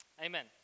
Amen